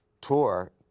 tour